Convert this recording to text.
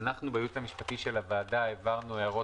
אנחנו בייעוץ המשפטי של הוועדה העברנו הערות